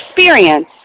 experience